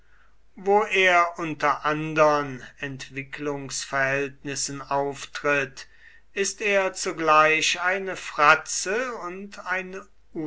wo er unter andern entwicklungsverhältnissen auftritt ist er zugleich eine fratze und eine